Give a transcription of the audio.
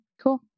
cool